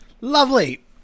Lovely